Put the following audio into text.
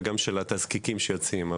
וגם של התזקיקים שיוצאים,